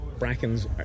Brackens